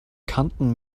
kanten